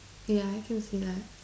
ya I can see that